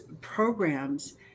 programs